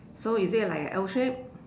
so is it like a L shape